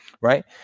right